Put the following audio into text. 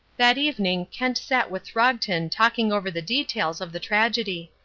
that evening kent sat with throgton talking over the details of the tragedy.